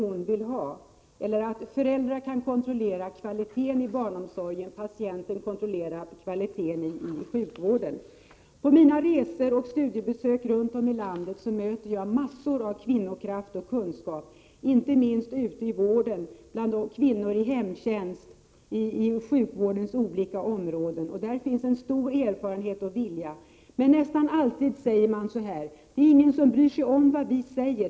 Tror inte statsrådet att föräldrarna kan kontrollera kvaliteten i barnomsorgen och att patienterna kan kontrollera kvaliteten i sjukvården? Under mina resor och studiebesök runt om i landet har jag mött mycken kvinnokraft och kunskap — inte minst ute i vården, bland kvinnor inom hemtjänsten och inom sjukvårdens olika områden. Det finns där en stor erfarenhet och vilja. Nästan alltid anser emellertid dessa kvinnor att det inte är någon som bryr sig om vad de säger.